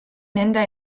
nende